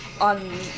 On